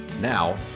Now